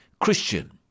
Christian